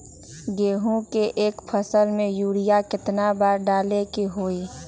गेंहू के एक फसल में यूरिया केतना बार डाले के होई?